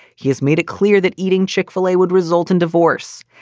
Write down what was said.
he has made it clear that eating chick-fil-a would result in divorce.